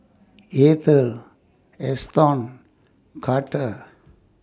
Eathel Eston Carter